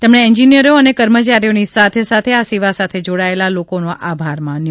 તેમણે એન્જિનિયરો અને કર્મચારીઓની સાથે સાથે આ સેવા સાથે જોડાયેલા લોકોનો આભાર માન્યો